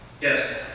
Yes